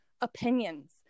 opinions